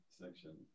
section